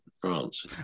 France